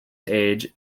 age